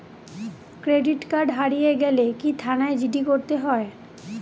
Credit card হারিয়ে গেলে কি থানায় জি.ডি করতে হয়?